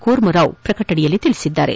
ಕೂರ್ಮಾರಾವ್ ಪ್ರಕಟಣೆಯಲ್ಲಿ ತಿಳಿಸಿದ್ದಾರೆ